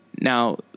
Now